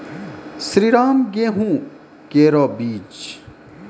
श्रीराम गेहूँ केरो बीज?